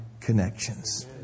connections